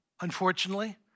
Unfortunately